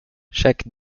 chaque